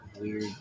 weird